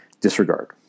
disregard